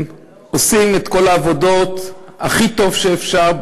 עושים את כל העבודות הכי טוב שאפשר,